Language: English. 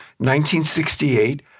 1968